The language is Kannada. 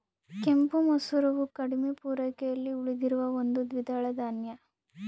ಕೆಂಪು ಮಸೂರವು ಕಡಿಮೆ ಪೂರೈಕೆಯಲ್ಲಿ ಉಳಿದಿರುವ ಒಂದು ದ್ವಿದಳ ಧಾನ್ಯ